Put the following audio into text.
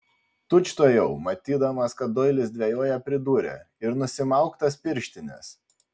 tučtuojau matydamas kad doilis dvejoja pridūrė ir nusimauk tas pirštines